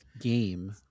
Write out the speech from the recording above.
game